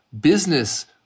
business